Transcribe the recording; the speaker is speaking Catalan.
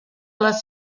les